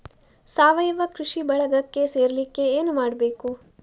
ಸಾವಯವ ಕೃಷಿ ಬಳಗಕ್ಕೆ ಸೇರ್ಲಿಕ್ಕೆ ಏನು ಮಾಡ್ಬೇಕು?